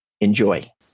enjoy